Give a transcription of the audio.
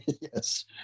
Yes